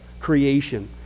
creation